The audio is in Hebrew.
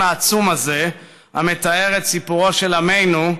העצום הזה המתאר את סיפורו של עמנו,